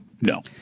No